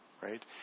right